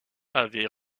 avaient